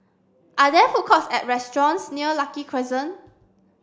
are there food courts or restaurants near Lucky Crescent